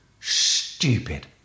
stupid